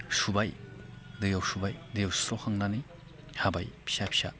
सुबाय दैयाव सुबाय दैयाव सुस्र'खांनानै हाबाय फिसा फिसा